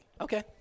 Okay